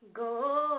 go